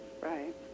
Right